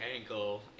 ankle